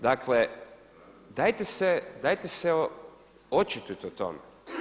Dakle, dajte se očitujte o tome.